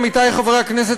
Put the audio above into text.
עמיתי חברי הכנסת,